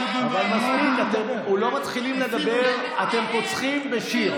לא מתחילים לדבר ואתם פוצחים בשיר.